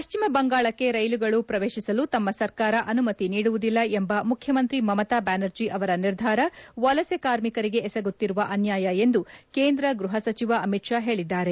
ಪಶ್ಲಿಮ ಬಂಗಾಳಕ್ಕೆ ರೈಲುಗಳು ಪ್ರವೇಶಿಸಲು ತಮ್ಮ ಸರ್ಕಾರ ಅನುಮತಿ ನೀಡುವುದಿಲ್ಲ ಎಂಬ ಮುಖ್ಯಮಂತ್ರಿ ಮಮತಾ ಬ್ಲಾನರ್ಜಿ ಅವರ ನಿರ್ಧಾರ ವಲಸೆ ಕಾರ್ಮಿಕರಿಗೆ ಎಸಗುತ್ತಿರುವ ಅನ್ನಾಯ ಎಂದು ಕೇಂದ್ರ ಗೃಹ ಸಚಿವ ಅಮಿತ್ ಶಾ ಹೇಳಿದ್ದಾರೆ